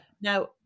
Now